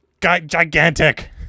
gigantic